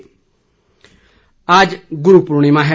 गुरू पूर्णिमा आज ग्रू पूर्णिमा है